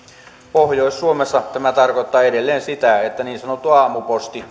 pohjois suomessa tämä tarkoittaa edelleen sitä että niin sanottu aamuposti